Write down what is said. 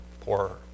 poorer